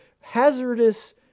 hazardous